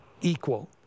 equal